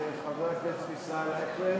חבר הכנסת ישראל אייכלר.